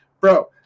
bro